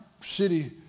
city